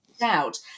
out